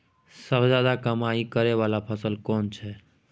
सबसे ज्यादा कमाई करै वाला फसल कोन छै?